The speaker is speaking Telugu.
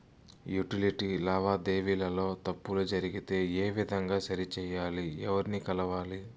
యుటిలిటీ లావాదేవీల లో తప్పులు జరిగితే ఏ విధంగా సరిచెయ్యాలి? ఎవర్ని కలవాలి?